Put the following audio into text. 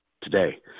today